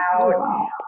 out